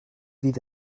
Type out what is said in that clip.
did